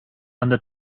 under